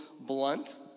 blunt